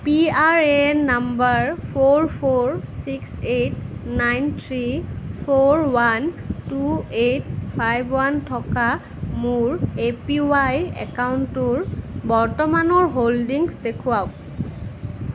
P R A N number four four six eight nine three four one two eight five one থকা মোৰ A P Y একাউণ্টটোৰ বৰ্তমানৰ holdings দেখুৱাওক